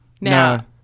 now